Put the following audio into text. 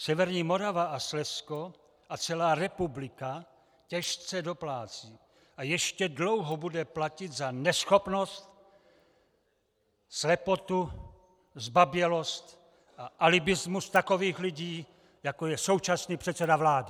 Severní Morava a Slezsko a celá republika těžce doplácí a ještě dlouho bude platit za neschopnost, slepotu, zbabělost a alibismus takových lidí, jako je současný předseda vlády!